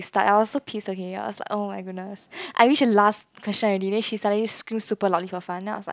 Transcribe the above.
like I was so pissed okay I was like oh-my-goodness I reached the last question then she suddenly screamed super loudly for fun then I was like